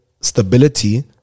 stability